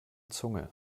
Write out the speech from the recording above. zunge